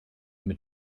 mit